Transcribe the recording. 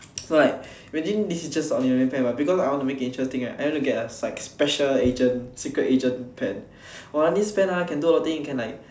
so like imagine this is just a ordinary pen but because I want to make it interesting right I want to get like a special agent secret agent pen !wah! this pen ah can do a lot of things can like